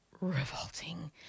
revolting